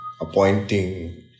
appointing